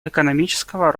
экономического